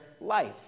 life